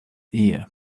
ear